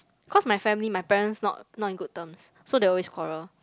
cause my family my parents not not in good terms so they always quarrel